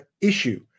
issue